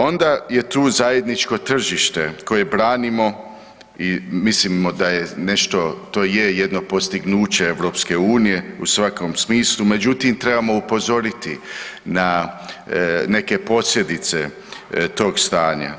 Onda je tu zajedničko tržište koje branimo i mislimo da je nešto, to je jedno postignuće EU-a u svakom smislu, međutim trebamo upozoriti na neke posljedice tog stanja.